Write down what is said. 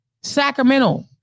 Sacramento